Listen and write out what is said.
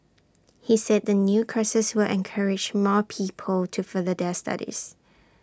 he said the new courses will encourage more people to further their studies